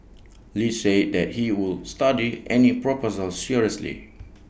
lee said that he would study any proposal seriously